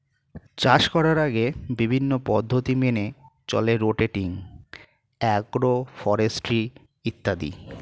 চাষ করার আগে বিভিন্ন পদ্ধতি মেনে চলে রোটেটিং, অ্যাগ্রো ফরেস্ট্রি ইত্যাদি